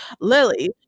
Lily